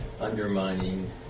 undermining